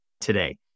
today